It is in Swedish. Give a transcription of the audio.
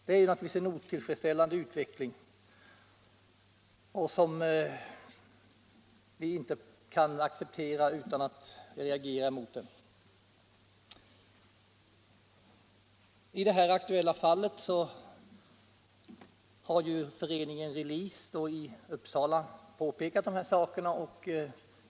Detta är naturligtvis en otillfredsställande utveckling, som vi inte kan acceptera utan att reagera. Föreningen Release i Uppsala har påpekat dessa förhållanden med anledning av ett aktuellt fall.